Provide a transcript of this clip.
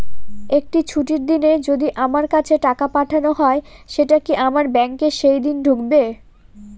একটি ছুটির দিনে যদি আমার কাছে টাকা পাঠানো হয় সেটা কি আমার ব্যাংকে সেইদিন ঢুকবে?